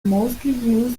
mostly